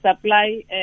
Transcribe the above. supply